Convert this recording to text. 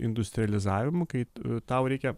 industrializavimu kai tau reikia